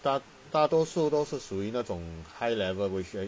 大大多数都是属于那种 high level version